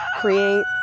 create